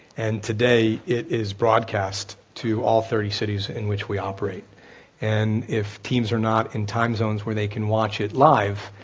and today it is broadcast to all thirty cities in which we operate and if teams are not in time zones where they can watch it live,